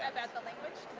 and that the language